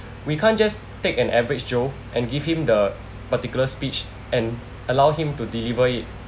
we can't just take an average joe and give him the particular speech and allow him to deliver it